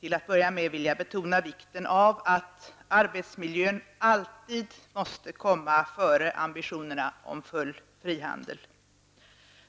Till att börja med vill jag betona vikten av att arbetsmiljön alltid måste komma före ambitionerna om full frihandel.